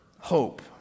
hope